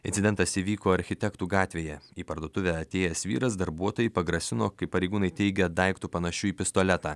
incidentas įvyko architektų gatvėje į parduotuvę atėjęs vyras darbuotojai pagrasino kai pareigūnai teigia daiktu panašiu į pistoletą